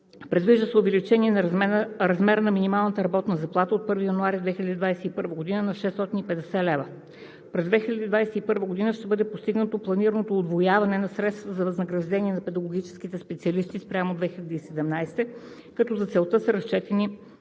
Предвижда се увеличение на размера на минималната работна заплата от 1 януари 2021 г. на 650 лв. През 2021 г. ще бъде постигнато планираното удвояване на средствата за възнаграждения на педагогическите специалисти спрямо 2017 г., като за целта са разчетени